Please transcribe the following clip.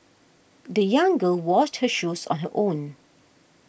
the young girl washed her shoes on her own